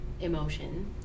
emotion